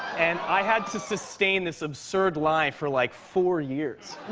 and i had to sustain this absurd lie for like four years.